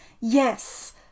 Yes